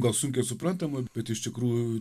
gal sunkiai suprantama bet iš tikrųjų